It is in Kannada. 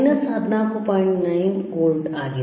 9V ಆಗಿದೆ